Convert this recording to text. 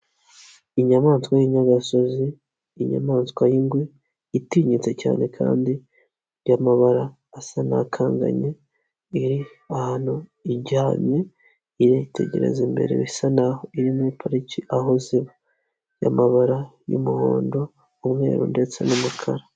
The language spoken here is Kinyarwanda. Inyamaswa y'inyagasozi, inyamaswa y'ingwe itinyitse cyane kandi y'amabara asa n'akanganye, iri ahantu ijyamye iritegereza imbere bisa n'aho iri muri pariki aho ziba, y'amabara y'umuhondo, umweru ndetse n'umukara.